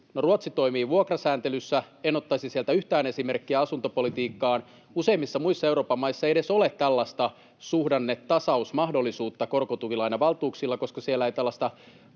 Ruotsi toimi vuokrasääntelyssä. En ottaisi sieltä yhtään esimerkkiä asuntopolitiikkaan. Useimmissa muissa Euroopan maissa ei edes ole tällaista suhdannetasausmahdollisuutta korkotukilainavaltuuksilla, koska siellä ei tällaista